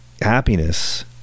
Happiness